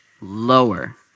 lower